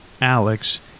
Alex